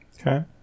okay